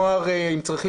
נוער עם צריכים,